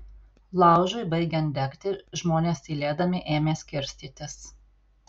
laužui baigiant degti žmonės tylėdami ėmė skirstytis